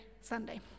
Sunday